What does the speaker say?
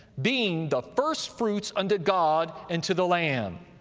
being the firstfruits unto god and to the lamb.